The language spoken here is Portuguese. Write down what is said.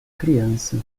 criança